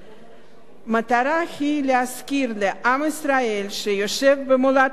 היא להזכיר לעם ישראל שיושב במולדתו ההיסטורית,